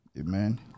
Amen